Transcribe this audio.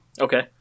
Okay